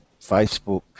Facebook